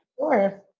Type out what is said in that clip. Sure